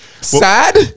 Sad